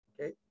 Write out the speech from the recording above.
Okay